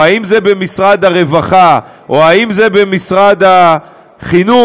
או במשרד הרווחה או במשרד החינוך,